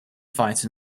fight